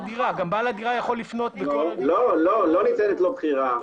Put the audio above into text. לא ניתנת לו בחירה.